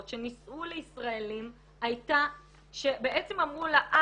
שנישאו לישראלים הייתה שבעצם אמרו לה,